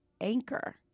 anchor